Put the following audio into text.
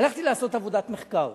הלכתי לעשות עבודת מחקר